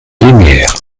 plénière